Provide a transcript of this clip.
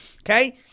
Okay